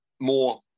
more